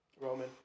Roman